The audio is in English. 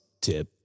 tip